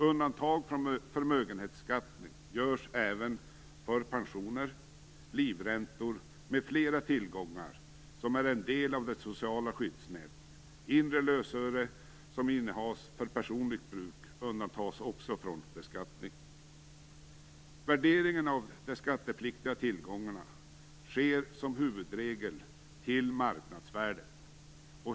Undantag från förmögenhetsbeskattning görs även för pensioner, livräntor m.fl. tillgångar som är en del av det sociala skyddsnätet. Inre lösöre som innehas för personligt bruk undantas också från beskattning. Värderingen av de skattepliktiga tillgångarna sker som huvudregel till marknadsvärdet.